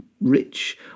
rich